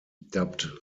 dubbed